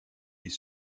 est